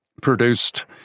produced